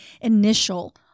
initial